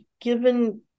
given